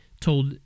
told